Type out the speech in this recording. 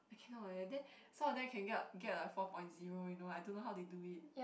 I cannot eh then some of them can get get like four point zero you know I don't know how they do it